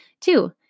Two